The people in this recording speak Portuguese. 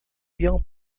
ele